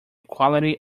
quality